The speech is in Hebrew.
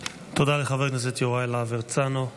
תודה לחבר הכנסת יוראי להב הרצנו.